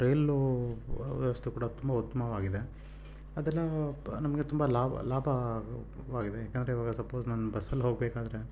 ರೈಲು ವ್ಯವಸ್ಥೆ ಕೂಡ ತುಂಬ ಉತ್ತಮವಾಗಿದೆ ಅದೆಲ್ಲಾ ಪ ನಮಗೆ ತುಂಬ ಲಾಭ ಲಾಭವಾಗಿದೆ ಯಾಕಂದರೆ ಇವಾಗ ಸಪೋಸ್ ನಾನು ಬಸ್ಸಲ್ಲಿ ಹೋಗಬೇಕಾದ್ರೆ